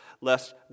lest